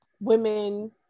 women